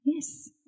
yes